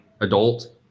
adult